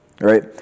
Right